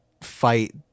fight